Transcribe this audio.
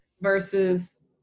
versus